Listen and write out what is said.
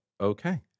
okay